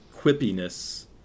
quippiness